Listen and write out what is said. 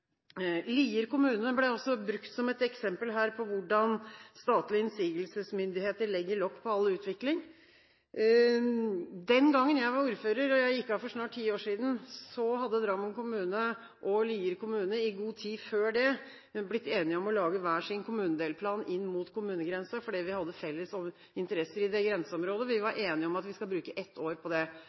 Lier kommune ble også brukt som et eksempel her på hvordan statlige innsigelsesmyndigheter legger lokk på all utvikling. Den gangen jeg var ordfører – og jeg gikk av for snart ti år siden – hadde Drammen kommune og Lier kommune i god tid før det blitt enige om å lage hver sin kommunedelplan inn mot kommunegrensen, fordi vi hadde felles interesser i grenseområdet, og vi var enige om at vi skulle bruke ett år på det.